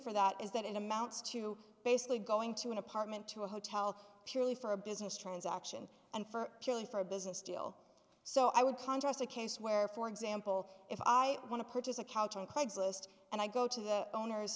for that is that in amounts to basically going to an apartment to a hotel purely for a business transaction and for purely for a business deal so i would contest a case where for example if i want to purchase a couch on craigslist and i go to the owner